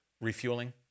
refueling